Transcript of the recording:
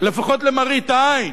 לפחות למראית עין